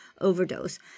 overdose